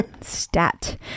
stat